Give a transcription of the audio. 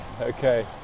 okay